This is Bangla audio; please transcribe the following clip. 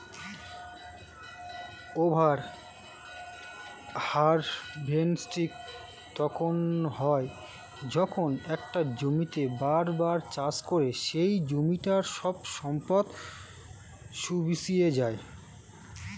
ওভার হার্ভেস্টিং তখন হয় যখন একটা জমিতেই বার বার চাষ করে সেই জমিটার সব সম্পদ শুষিয়ে যায়